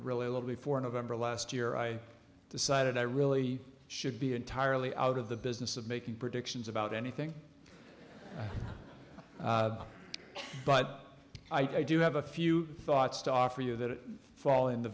really little before november last year i decided i really should be entirely out of the business of making predictions about anything but i do have a few thoughts to offer you that fall in the